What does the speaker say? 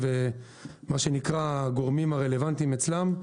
מה שנקרא "הגורמים הרלוונטיים אצלם",